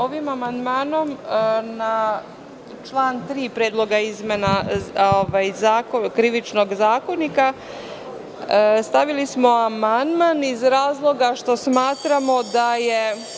Ovim amandmanom na član 3. Predloga zakona o izmenama i dopunama Krivičnog zakonika, stavili smo amandman iz razloga što smatramo da je